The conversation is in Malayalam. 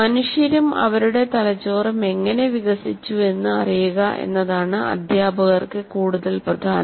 മനുഷ്യരും അവരുടെ തലച്ചോറും എങ്ങനെ വികസിച്ചുവെന്ന് അറിയുക എന്നതാണ് അധ്യാപകർക്ക് കൂടുതൽ പ്രധാനം